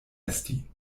esti